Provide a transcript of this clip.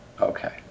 Okay